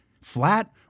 flat